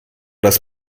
das